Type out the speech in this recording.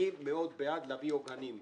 אני מאוד בעד להביא עוגנים.